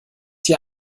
hier